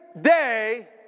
day